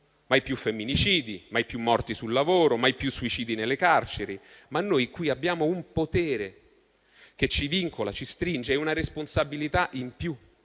mai più femminicidi, mai più morti sul lavoro, mai più suicidi nelle carceri. Ma noi qui abbiamo un potere, che ci vincola e ci stringe, e una responsabilità in più;